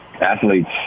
Athletes